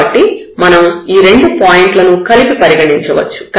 కాబట్టి మనం ఈ రెండు పాయింట్ లను కలిపి పరిగణించవచ్చు